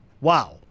Wow